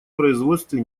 производстве